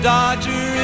Dodger